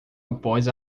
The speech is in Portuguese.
após